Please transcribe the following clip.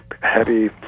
heavy